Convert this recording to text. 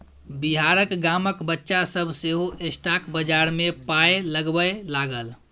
बिहारक गामक बच्चा सभ सेहो स्टॉक बजार मे पाय लगबै लागल